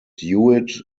hewitt